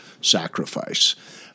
sacrifice